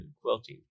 quilting